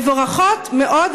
מבורכות מאוד,